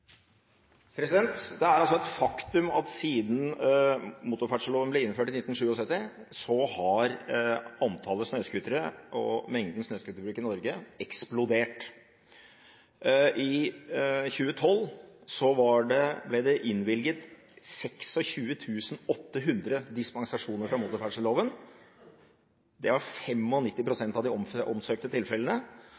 et faktum at siden motorferdselloven ble vedtatt i 1977, har antallet snøscootere og mengden snøscooterbruk i Norge eksplodert. I 2012 ble det innvilget 26 800 dispensasjoner fra motorferdselloven. Det var